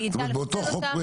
זאת אומרת באותו חוק?